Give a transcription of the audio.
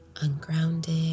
ungrounded